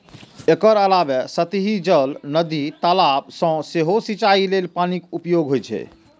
एकर अलावे सतही जल, नदी, तालाब सं सेहो सिंचाइ लेल पानिक उपयोग होइ छै